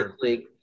league